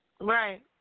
Right